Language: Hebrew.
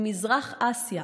עם מזרח אסיה,